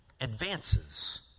Advances